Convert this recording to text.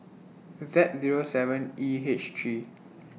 Z Zero seven E H three